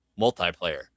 multiplayer